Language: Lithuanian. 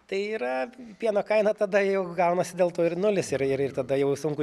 tai yra pieno kaina tada jau gaunasi dėl to ir nulis ir ir tada jau sunku